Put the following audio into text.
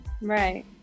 right